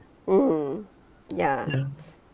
mm ya